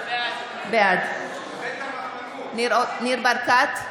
בעד ניר ברקת,